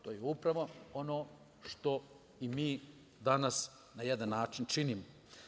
To je upravo ono što i mi danas na jedan način činimo.